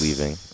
leaving